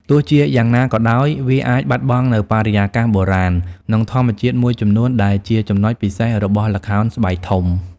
ទោះជាយ៉ាងណាក៏ដោយ វាអាចបាត់បង់នូវបរិយាកាសបុរាណ និងធម្មជាតិមួយចំនួនដែលជាចំណុចពិសេសរបស់ល្ខោនស្បែកធំ។